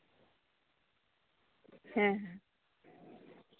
ᱦᱮᱸ